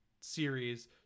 series